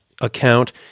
account